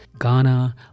Ghana